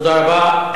תודה רבה.